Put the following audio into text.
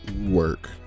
work